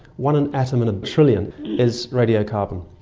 one and atom in a trillion is radiocarbon,